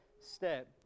step